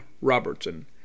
Robertson